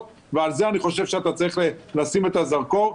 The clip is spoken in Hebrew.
ועל זה אני חושב שאתה צריך לשים את הזרקור.